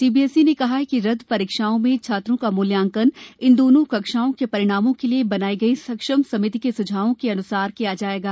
CBSE ने कहा है कि रद्द परीक्षाओं में छात्रों का मूल्यांकन इन दोनों कक्षाओं के परिणामों के लिए बनाई गई सक्षम समिति के सुझावों के अनुसार किया जाएगा